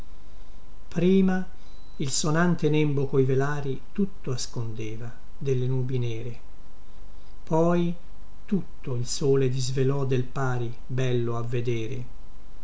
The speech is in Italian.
prima il sonante nembo coi velari tutto ascondeva delle nubi nere poi tutto il sole disvelò del pari bello a vedere